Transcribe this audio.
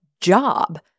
job